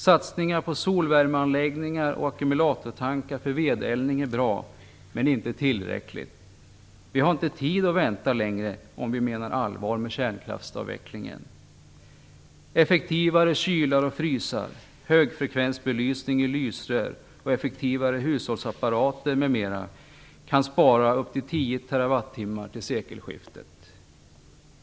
Satsningar på solvärmeanläggningar och ackumulatortankar för vedeldning är bra, men inte tillräckligt. Vi har inte tid att vänta längre om vi menar allvar med kärnkraftsavvecklingen. Effektivare kylar och frysar, högfrekvensbelysning i lysrör och effektivare hushållsapparater m.m. kan spara upp till 10 TWh till sekelskiftet.